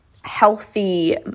healthy